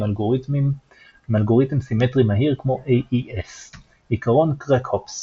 אלגוריתם סימטרי מהיר כמו AES. עיקרון קרקהופס